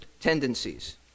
tendencies